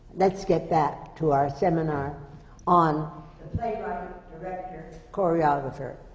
let's get back to our seminar on the playwright director choreographer.